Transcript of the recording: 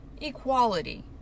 equality